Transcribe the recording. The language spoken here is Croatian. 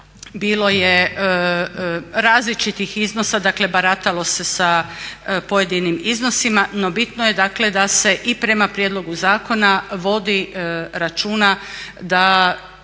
bilo je različitih iznosa, dakle baratalo se sa pojedinim iznosima no bitno je da se i prema prijedlogu zakona vodi računa da